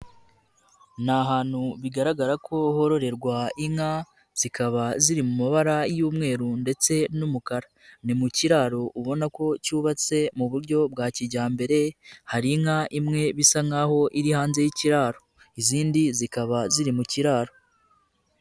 Ni ahantu bigaragara ko hororerwa inka zikaba ziri mu mabara y'umweru ndetse n'umukara. Ni mu kiraro ubona ko cyubatse mu buryo bwa kijyambere, hari inka imwe bisa nkaho iri hanze y'ikiraro. Izindi zikaba ziri mu kiraro.